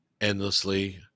endlessly